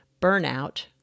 burnout